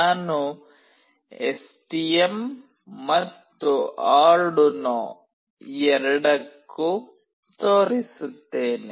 ನಾನು ಎಸ್ಟಿಎಂ ಮತ್ತು ಆರ್ಡುನೊ ಎರಡಕ್ಕೂ ತೋರಿಸುತ್ತೇನೆ